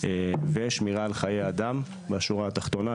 ושמירה על חיי אדם בשורה התחתונה.